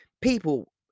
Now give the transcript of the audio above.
People